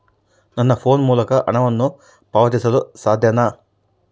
ನನ್ನ ಫೋನ್ ಮೂಲಕ ಹಣವನ್ನು ಪಾವತಿಸಲು ಸಾಧ್ಯನಾ?